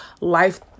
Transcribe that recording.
life